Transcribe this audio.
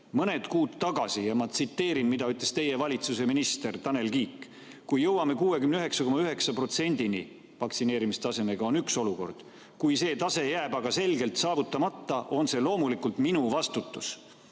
Mõned kuud tagasi, ma tsiteerin, ütles teie valitsuse minister Tanel Kiik: "Kui jõuame 69,9 protsendini, on üks olukord. Kui see tase jääb aga selgelt saavutamata, on see loomulikult minu vastutus."